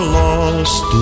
lost